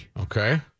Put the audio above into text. Okay